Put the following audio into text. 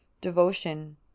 devotion